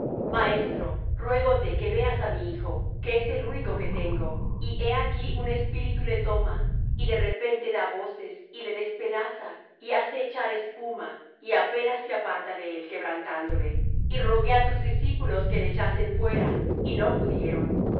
maestro ruégote que veas á mi hijo que es el único que tengo y he aquí un espíritu le toma y de repente da voces y le despedaza y hace echar espuma y apenas se aparta de él quebrantándole y rogué á tus discípulos que le echasen fuera y no pudieron